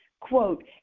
quote